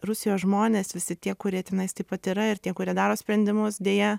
rusijos žmonės visi tie kurie tenais taip pat yra ir tie kurie daro sprendimus deja